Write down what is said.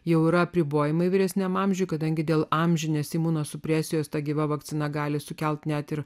jau yra apribojimai vyresniame amžiuje kadangi dėl amžinės imunosupresijos ta gyva vakcina gali sukelti net ir